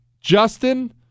justin